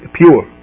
pure